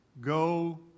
Go